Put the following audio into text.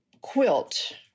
quilt